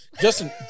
Justin